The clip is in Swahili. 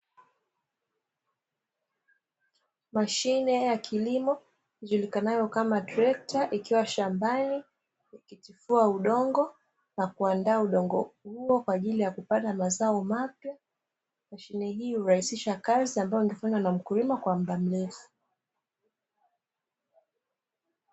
Mashine ya kilimo ijulikanayo kama trekta ikiwa shambani ikitifua udongo, na kuandaa udongo huo kwa ajili ya kupanda mazao mapya, mashine hii hurahisisha kazi ambayo ingefanywa na mkulima muda mrefu.